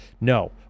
No